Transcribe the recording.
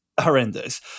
horrendous